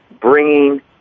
bringing